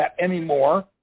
anymore